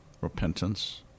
repentance